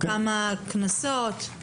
כמה קנסות?